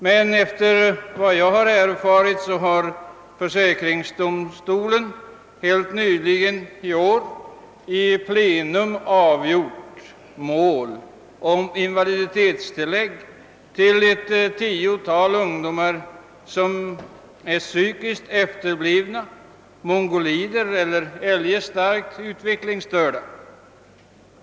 Men efter vad jag erfarit har försäkringsdomstolen helt nyligen i plenum avgjort mål om invaliditetstillägg till ett tiotal ungdomar, som är psykiskt efterblivna — mongoloida eller eljest starkt utvecklingsstörda.